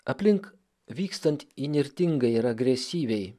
aplink vykstant įnirtingai ir agresyviai